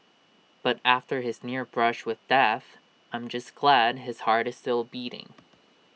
but after his near brush with death I'm just glad his heart is still beating